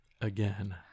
Again